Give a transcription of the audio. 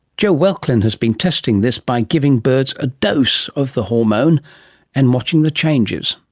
joe welklin has been testing this by giving birds a dose of the hormone and watching the changes.